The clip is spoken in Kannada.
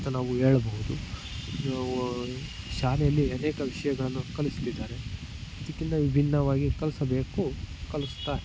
ಅಂತ ನಾವು ಹೇಳ್ಬೌದು ಇದು ಶಾಲೆಯಲ್ಲಿ ಅನೇಕ ವಿಷಯಗಳನ್ನೂ ಕಲಿಸ್ತಿದ್ದಾರೆ ಇದಕ್ಕಿಂತ ವಿಭಿನ್ನವಾಗಿ ಕಲಿಸಬೇಕು ಕಲಿಸ್ತ